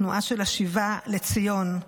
התנועה של השיבה לציון.